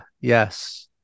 yes